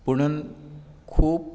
पुणून खूब